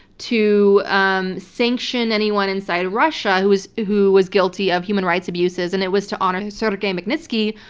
to um sanction anyone inside of russia who was who was guilty of human rights abuses and it was to honor sergei magnitsky,